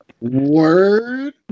word